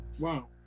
wow